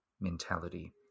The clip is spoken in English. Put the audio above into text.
mentality